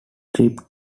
trip